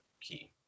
key